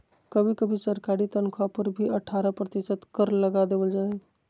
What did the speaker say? कभी कभी सरकारी तन्ख्वाह पर भी अट्ठारह प्रतिशत कर लगा देबल जा हइ